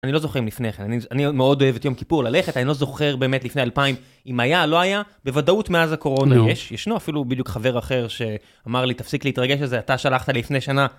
אני לא זוכר אם לפני כן, אני מאוד אוהב את יום כיפור ללכת, אני לא זוכר באמת לפני 2000, אם היה, לא היה, בוודאות מאז הקורונה יש, ישנו אפילו בדיוק חבר אחר שאמר לי, תפסיק להתרגש מזה, אתה שלחת לי לפני שנה.